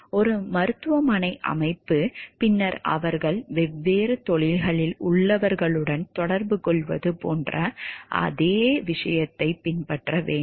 ஒரு மருத்துவமனை அமைப்பு பின்னர் அவர்கள் வெவ்வேறு தொழில்களில் உள்ளவர்களுடன் தொடர்புகொள்வது போன்ற அதே விஷயத்தைப் பின்பற்ற வேண்டும்